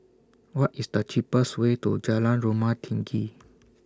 What IS The cheapest Way to Jalan Rumah Tinggi